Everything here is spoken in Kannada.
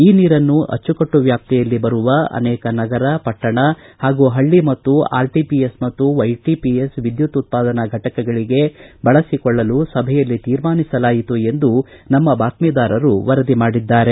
ಈ ನೀರನ್ನು ಅಚ್ಚುಕಟ್ನು ವ್ಯಾಪ್ತಿಯಲ್ಲಿ ಬರುವ ಅನೇಕ ನಗರ ಪಟ್ಟಣ ಹಾಗೂ ಹಳ್ಳ ಮತ್ತು ಆರ್ಟಿಪಿಎಸ್ ಮತ್ತು ವೈಟಿಪಿಎಸ್ ವಿದ್ಯುತ್ ಉತ್ವಾದನಾ ಘಟಕಗಳಿಗೆ ಬಳಸಿಕೊಳ್ಳಲು ಸಭೆಯಲ್ಲಿ ತೀರ್ಮಾನಿಸಲಾಯಿತು ಎಂದು ನಮ್ಮ ಬಾತ್ಹೀದಾರರು ವರದಿ ಮಾಡಿದ್ದಾರೆ